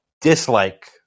dislike